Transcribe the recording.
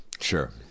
Sure